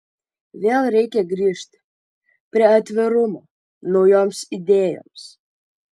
vėl reikia grįžt prie atvirumo naujoms idėjoms